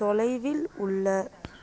தொலைவில் உள்ள